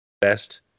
best